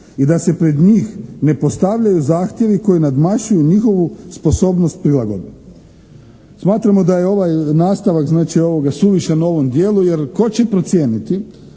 "I da se pred njih ne postavljaju zahtjevi koji nadmašuju njihovu sposobnost prilagodbe." Smatramo da je ovaj nastavak znači suvišan u ovom dijelu jer tko će procijeniti